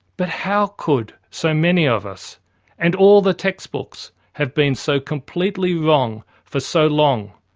but how could so many of us and all the textbooks have been so completely wrong for so long?